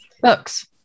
Books